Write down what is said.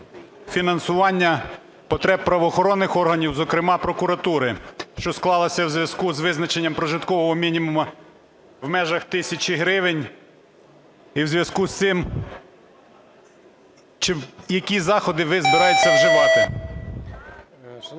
фінансування потреб правоохоронних органів, зокрема прокуратури, що склалася у зв'язку з визначення прожиткового мінімуму в межах тисячі гривень? І в зв'язку з цим, які заходи ви збираєтеся вживати?